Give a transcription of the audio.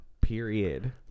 Period